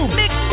mix